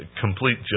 complete